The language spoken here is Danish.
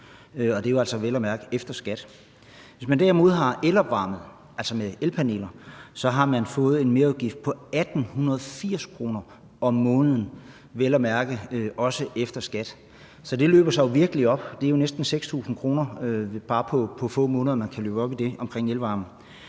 altså vel at mærke efter skat. Hvis man derimod har elopvarmning, altså med elpaneler, har man fået en merudgift på 1.880 kr. om måneden, vel at mærke også efter skat. Så det løber virkelig op, og det er jo næsten 6.000 kr., det bare på få måneder kan løbe op i med elvarme.